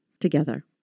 together